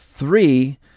three